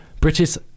British